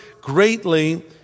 greatly